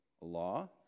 law